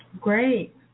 Great